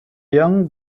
young